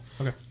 Okay